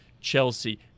Chelsea